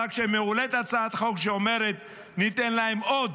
אבל כשמועלית הצעת חוק שאומרת: ניתן להם עוד,